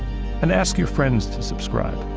and ask you friends to subscribe.